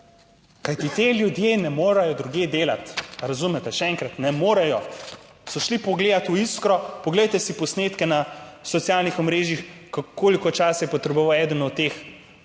Kajti ti ljudje ne morejo drugje delati, razumete? Še enkrat: ne morejo. So šli pogledat v Iskro, poglejte si posnetke na socialnih omrežjih, koliko časa je potreboval eden od teh